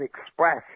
express